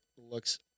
looks